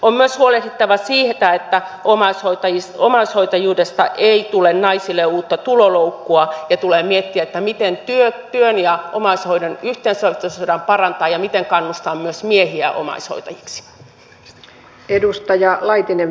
on myös huolehdittava siitä että omaishoitajuudesta ei tule naisille uutta tuloloukkua ja tulee miettiä miten työn ja omaishoidon yhteensovitusta voidaan parantaa ja miten kannustaa myös miehiä omaishoitajiksi